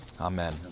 Amen